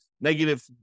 negative